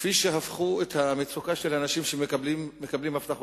כפי שהפכו את המצוקה של האנשים שמקבלים הבטחת